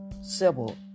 Sybil